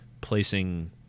placing